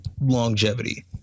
longevity